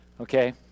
Okay